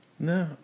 No